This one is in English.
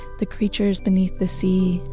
the creatures beneath the sea,